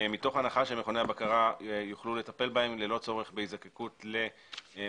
מתוך הנחה שמכוני הבקרה יוכלו לטפל בהם ללא צורך בהזדקקות למומחים